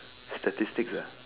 statistics ah